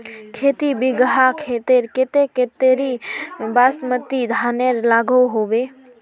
खेती बिगहा खेतेर केते कतेरी बासमती धानेर लागोहो होबे?